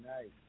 nice